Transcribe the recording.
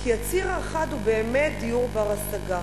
הציר האחד הוא באמת דיור בר-השגה,